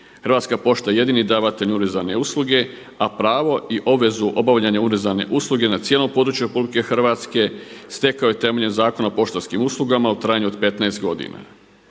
Hrvatska pošta jedini davatelj urezane usluge, a pravo i obvezu obavljanja urezane usluge na cijelom području RH stekao je temeljem Zakona o poštanskim uslugama u trajanju od 15 godina.